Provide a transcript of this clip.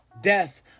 Death